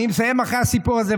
אני מסיים אחרי הסיפור הזה,